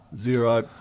Zero